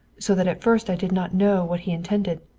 so that at first i did not know what he intended.